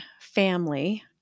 family